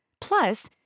Plus